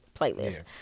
playlist